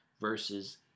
Versus